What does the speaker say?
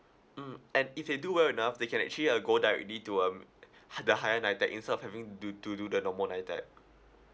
mm and if they do well enough they can actually uh go directly to um h~ the higher NITEC instead of having do to do the normal NITEC